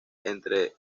entre